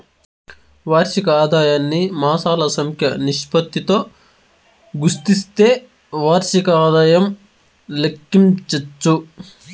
వార్షిక ఆదాయాన్ని మాసాల సంఖ్య నిష్పత్తితో గుస్తిస్తే వార్షిక ఆదాయం లెక్కించచ్చు